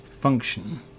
function